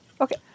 Okay